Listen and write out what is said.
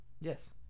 yes